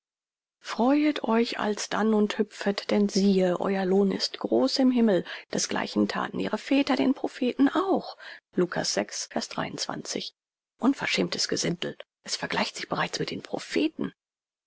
freuet euch alsdann und hüpfet denn siehe euer lohn ist groß im himmel desgleichen thaten ihre väter den propheten auch unverschämtes gesindel es vergleicht sich bereits mit den propheten